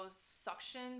suction